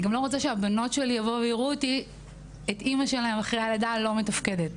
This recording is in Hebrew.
אני גם לא רוצה שהבנות שלי יראו את אמא שלהם לא מתפקדת אחרי לידה.